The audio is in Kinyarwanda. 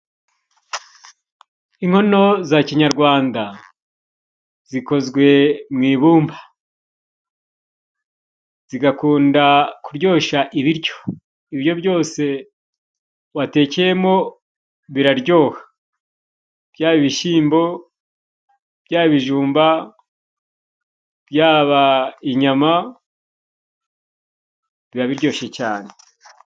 Inkono za kinyarwanda, zikozwe mu ibumba, zigakunda kuryosha ibiryo. Ibiryo byose watekeyemo biraryoha: byaba ibishyimbo, byaba ibijumba, byaba inyama biba biryoshye cyane.